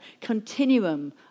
continuum